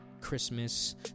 Christmas